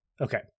Okay